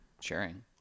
sharing